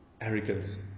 arrogance